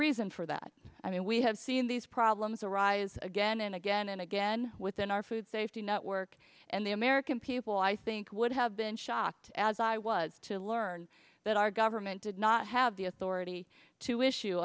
reason for that i mean we have seen these problems arise again and again and again within our food safety network and the american people i think would have been shocked as i was to learn that our government did not have the authority to issue